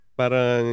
parang